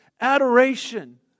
adoration